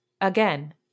Again